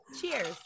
Cheers